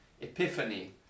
epiphany